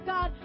God